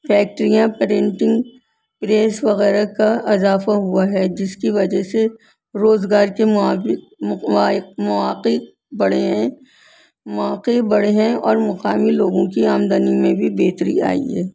فیکٹریاں printing press وغیرہ کا اضافہ ہوا ہے جس کی وجہ سے روزگار کے ماب مواقع بڑھے ہیں مواقع بڑھے ہیں اور مقامی لوگوں کی آمدنی میں بھی بہتری آئی ہے